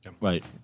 right